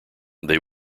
they